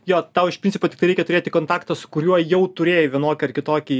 jo tau iš principo tai reikia turėti kontaktą su kuriuo jau turėjai vienokį ar kitokį